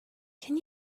can